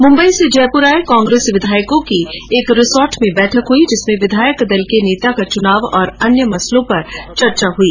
मुंबई से जयपुर आए कांग्रेस विधायकों की आज एक रिसोर्ट में बैठक हुई जिसमें विधायक दल के नेता के चुनाव और अन्य मसलों पर चर्चा हई